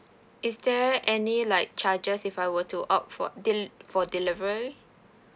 is there any like charges if I were to opt for de~ for delivery